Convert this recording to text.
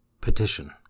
Petition